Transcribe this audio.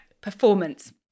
performance